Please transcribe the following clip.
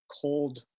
cold